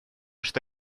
что